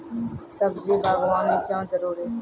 सब्जी बागवानी क्यो जरूरी?